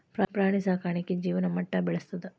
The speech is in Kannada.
ಪ್ರಾಣಿ ಸಾಕಾಣಿಕೆ ಜೇವನ ಮಟ್ಟಾ ಬೆಳಸ್ತತಿ